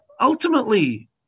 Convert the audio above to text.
ultimately